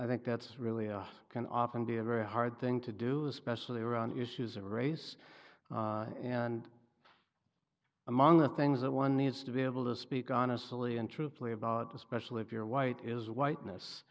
i think that's really can often be a very hard thing to do especially around issues of race and among the things that one needs to be able to speak honestly and truthfully about especially if you're white is white